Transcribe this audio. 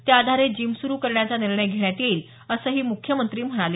त्याआधारे जिम सुरु करण्याचा निर्णय घेण्यात येईल असंही मुख्यमंत्री म्हणाले